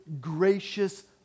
gracious